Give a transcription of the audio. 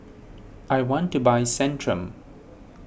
I want to buy Centrum